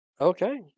Okay